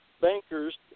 bankers